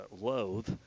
loathe